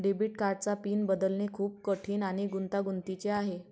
debit कार्डचा PIN बदलणे खूप कठीण आणि गुंतागुंतीचे आहे